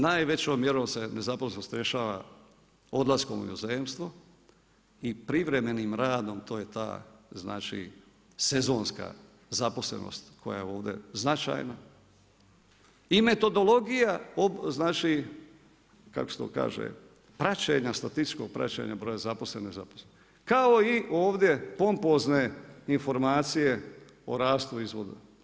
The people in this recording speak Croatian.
Najvećom mjerom se nezaposlenost rješava odlaskom u inozemstvo i privremenim radom, to je ta znači sezonska zaposlenost koja je ovdje značajna i metodologija znači kako se to kaže, praćenja, statističkog praćenja broja zaposlenih i nezaposlenih kao i ovdje pompozne informacije o rastu izvoza.